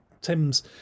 Tim's